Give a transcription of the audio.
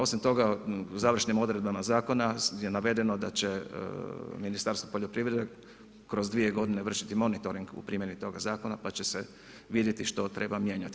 Osim toga završnim odredbama zakona je navedeno da će Ministarstvo poljoprivrede kroz 2 godine vršiti monitoring u primjeni toga zakona pa će se vidjeti što treba mijenjati.